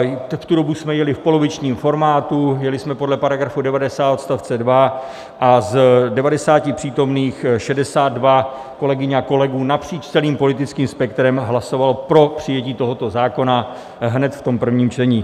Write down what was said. V tu dobu jsme jeli v polovičním formátu, jeli jsme podle § 90 odst. 2, a z 90 přítomných 62 kolegyň a kolegů napříč celým politickým spektrem hlasovalo pro přijetí tohoto zákona hned v prvním čtení.